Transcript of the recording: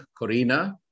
Corina